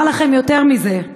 אומר לכם יותר מזה,